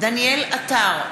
דניאל עטר,